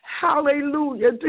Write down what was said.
Hallelujah